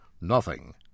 Nothing